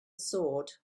sword